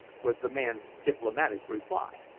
was the man's diplomatic reply.